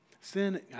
sin